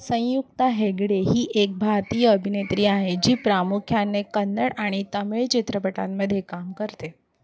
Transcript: संयुक्ता हेगडे ही एक भारतीय अभिनेत्री आहे जी प्रामुख्यांने कन्नड आणि तामिळ चित्रपटांमध्ये काम करते